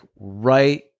right